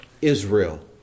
Israel